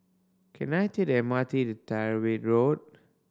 can I take the M R T to Tyrwhitt Road